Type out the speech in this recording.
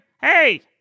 Hey